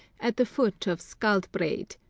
at the foot of skjaldbreid,